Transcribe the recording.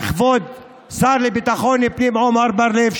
כבוד השר לביטחון הפנים עמר בר לב,